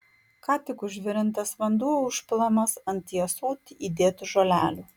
ką tik užvirintas vanduo užpilamas ant į ąsotį įdėtų žolelių